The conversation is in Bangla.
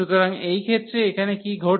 সুতরাং এই ক্ষেত্রে এখানে কি ঘটছে m এবং n